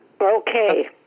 Okay